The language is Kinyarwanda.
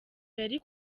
yari